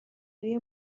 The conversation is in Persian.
روی